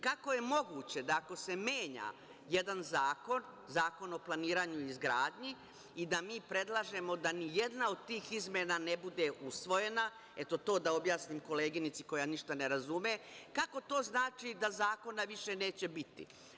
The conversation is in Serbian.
Kako je moguće da ako se menja jedan zakon, Zakon o planiranju i izgradnji, i da mi predlažemo da nijedna od tih izmena ne bude usvojena, eto, to da objasnim koleginici koja ništa ne razume, kako to znači da zakona više neće biti?